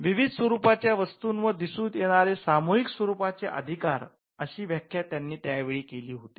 'विविध स्वरूपाच्या वस्तूंवर दिसून येणारे सामूहिक स्वरूपाचे अधिकार' अशी व्याख्या त्यांनी त्यावेळी केली होती